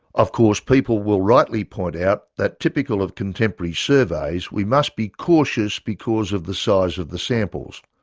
of course people will rightly point out that typical of contemporary surveys we must be cautious because of the size of the samples.